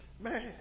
Man